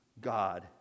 God